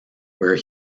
where